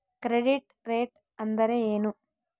Credit rate ಅಂದರೆ ಏನು?